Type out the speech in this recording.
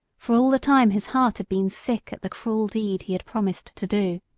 for all the time his heart had been sick at the cruel deed he had promised to do.